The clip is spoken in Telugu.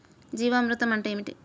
జీవామృతం అంటే ఏమిటి?